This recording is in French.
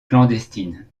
clandestine